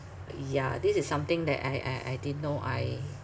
ya this is something that I I I didn't know I